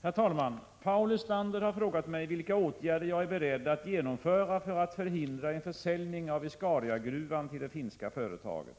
Herr talman! Paul Lestander har frågat mig vilka åtgärder jag är beredd att genomföra för att förhindra en försäljning av Viscariagruvan till det finska företaget.